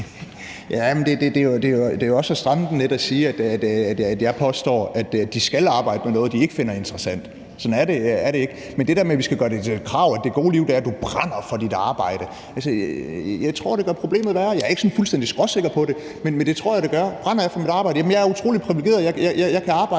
Det er jo også at stramme den lidt at sige, at jeg påstår, at de skal arbejde med noget, de ikke finder interessant. Sådan er det ikke. Men det der med, at vi skal gøre det til et krav, at det gode liv er, at du brænder for dit arbejde, tror jeg gør problemet værre. Jeg er ikke sådan fuldstændig skråsikker på det, men det tror jeg det gør. Brænder jeg for mit arbejde? Jamen jeg er utrolig privilegeret; jeg kan arbejde